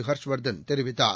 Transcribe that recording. ஹர்ஷ்வர்தன் தெரிவித்தார்